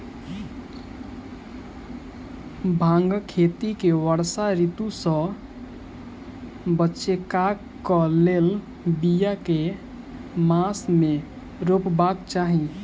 भांगक खेती केँ वर्षा ऋतु सऽ बचेबाक कऽ लेल, बिया केँ मास मे रोपबाक चाहि?